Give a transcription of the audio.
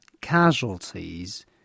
casualties